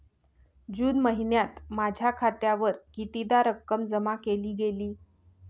जून महिन्यात माझ्या खात्यावर कितीदा रक्कम जमा केली गेली?